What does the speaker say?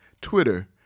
Twitter